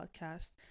podcast